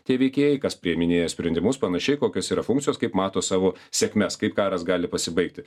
tie veikėjai kas priiminėja sprendimus panašiai kokios yra funkcijos kaip mato savo sėkmes kaip karas gali pasibaigti